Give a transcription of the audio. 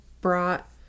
brought